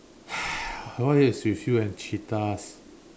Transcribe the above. what is with you and cheetahs